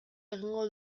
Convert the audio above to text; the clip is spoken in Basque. egingo